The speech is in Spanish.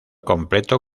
completo